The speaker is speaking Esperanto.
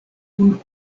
kun